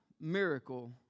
miracle